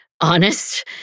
honest